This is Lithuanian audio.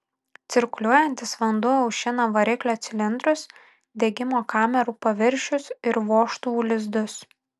cirkuliuojantis vanduo aušina variklio cilindrus degimo kamerų paviršius ir vožtuvų lizdus